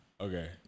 Okay